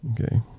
Okay